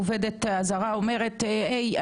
העובדת הזרה אומרת היי,